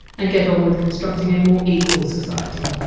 and get on with constructing a more equal society.